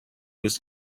was